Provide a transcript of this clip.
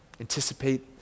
Anticipate